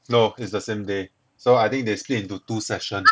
no is the same day so I think they split into two session